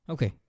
Okay